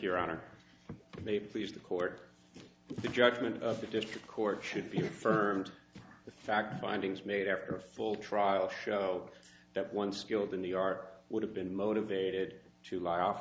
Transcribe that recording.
your honor may please the court the judgment of the district court should be affirmed the fact findings made after a full trial show that one skilled in the art would have been motivated to lie off